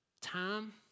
time